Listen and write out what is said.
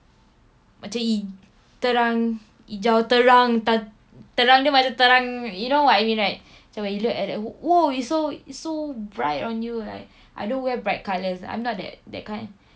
macam terang hijau terang terang dia macam terang you know what I mean right macam you look at !wow! it's so it's so bright on you like I don't wear bright colours I'm not that that kind